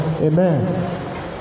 Amen